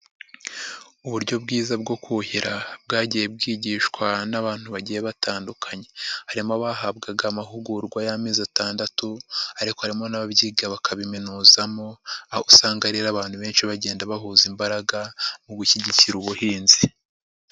Uburyo bwiza bwo kuhira bwagiye bwigishwa n'abantu bagiye batandukanye harimo abahabwaga amahugurwa y'amezi atandatu ariko harimo n'ababyiga bakabiminuzamo aho usanga rero abantu benshi bagenda bahuza imbaraga mu gushyigikira ubuhinzi.